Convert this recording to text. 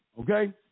Okay